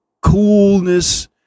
coolness